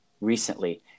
recently